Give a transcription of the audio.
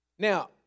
Now